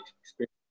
experience